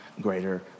greater